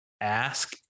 ask